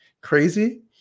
crazy